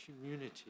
community